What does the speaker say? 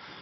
klimaforliket»